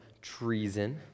treason